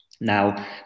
Now